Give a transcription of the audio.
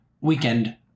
weekend